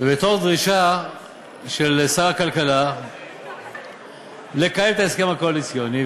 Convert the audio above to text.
דרישה של שר הכלכלה לקיים את ההסכם הקואליציוני,